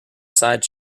side